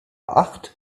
acht